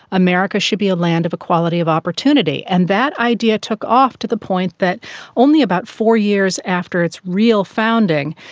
america should be a land of equality of opportunity. and that idea took off to the point that only about four years after its real founding,